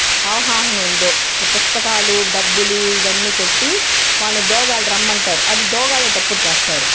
అవగాహన ఉందో పుస్తకాలూ డబ్బులు ఇవన్నీ పెట్టి వాళ్ళని దోగాడి రమ్మంటారు అది దోగాడేటప్పుడు చేస్తారు